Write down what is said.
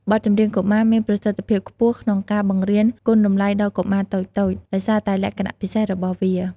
បទចម្រៀងកុមារមានប្រសិទ្ធភាពខ្ពស់ក្នុងការបង្រៀនគុណតម្លៃដល់កុមារតូចៗ ដោយសារតែលក្ខណៈពិសេសរបស់វា។